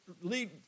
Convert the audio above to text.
lead